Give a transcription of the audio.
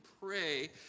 pray